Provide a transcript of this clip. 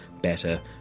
better